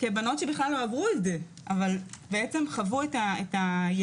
כבנות שעברו את זה, אבל חוו את הידיעה